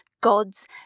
gods